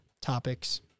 topics